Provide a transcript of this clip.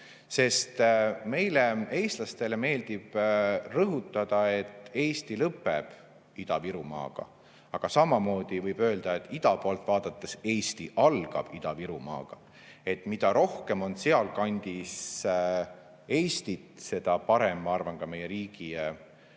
Eestile. Meile, eestlastele, meeldib rõhutada, et Eesti lõpeb Ida-Virumaaga, aga samamoodi võib öelda, et ida poolt vaadates Eesti algab Ida-Virumaaga. Mida rohkem on sealkandis Eestit, seda parem, ma arvan, ka meie riigi